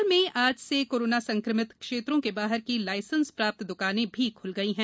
भोपाल में आज से कोरोना संक्रमित क्षेत्रों के बाहर की लाइसेंस प्राप्त दुकानें भी खुल गई हैं